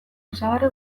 osagarri